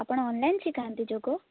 ଆପଣ ଅନ୍ଲାଇନ୍ ଶିଖାନ୍ତି ଯୋଗ